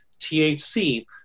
THC